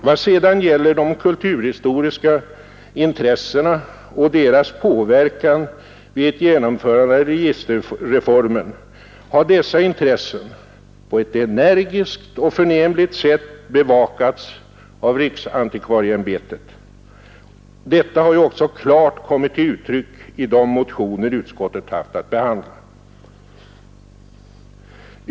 Vad så gäller de kulturhistoriska intressena och deras påverkan vid ett genomförande av registerreformen har dessa intressen på ett energiskt och förnämligt sätt bevakats av riksantikvarieämbetet. Detta har också klart kommit till uttryck i de motioner utskottet haft att behandla.